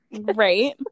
Right